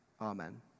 Amen